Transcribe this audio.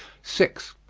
six.